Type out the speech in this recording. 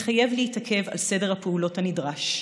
מחייב להתעכב על סדר הפעולות הנדרש.